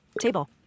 table